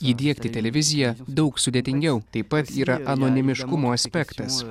įdiegti televiziją daug sudėtingiau taip pat yra anonimiškumo aspektas